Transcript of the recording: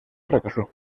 fracasó